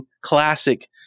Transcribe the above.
classic